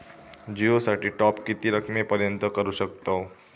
जिओ साठी टॉप किती रकमेपर्यंत करू शकतव?